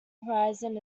horizon